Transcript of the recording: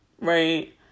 right